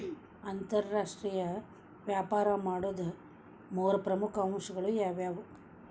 ಅಂತರಾಷ್ಟ್ರೇಯ ವ್ಯಾಪಾರ ಮಾಡೋದ್ ಮೂರ್ ಪ್ರಮುಖ ಅಂಶಗಳು ಯಾವ್ಯಾವು?